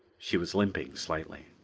she was limping slightly.